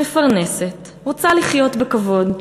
מפרנסת, רוצה לחיות בכבוד,